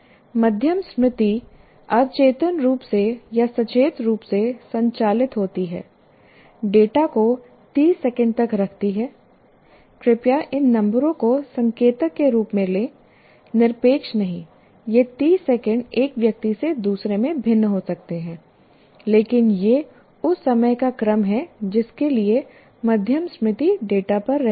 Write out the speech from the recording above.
मध्यम स्मृति अवचेतन रूप से या सचेत रूप से संचालित होती है डेटा को 30 सेकंड तक रखती है कृपया इन नंबरों को संकेतक के रूप में लें निरपेक्ष नहीं ये 30 सेकंड एक व्यक्ति से दूसरे में भिन्न हो सकते हैं लेकिन यह उस समय का क्रम है जिसके लिए मध्यम स्मृति डेटा पर रहती है